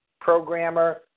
programmer